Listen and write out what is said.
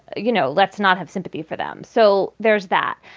you know, let's not have sympathy for them. so there's that.